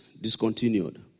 discontinued